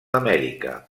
amèrica